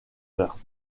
meurtres